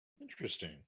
Interesting